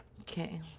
Okay